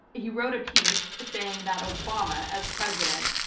he wrote a piece saying that obama as president,